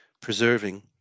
preserving